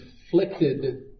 inflicted